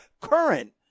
current